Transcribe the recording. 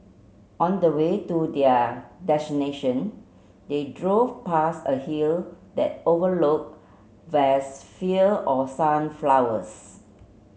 on the way to their destination they drove past a hill that overlooked vast fields of sunflowers